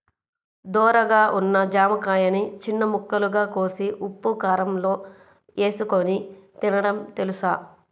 ధోరగా ఉన్న జామకాయని చిన్న ముక్కలుగా కోసి ఉప్పుకారంలో ఏసుకొని తినడం తెలుసా?